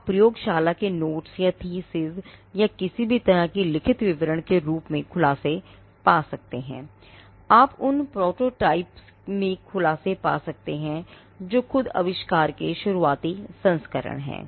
आप प्रयोगशाला के नोट्स या किसी भी तरह के लिखित विवरण के रूप में खुलासे पा सकते हैं